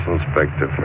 Inspector